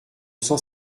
cent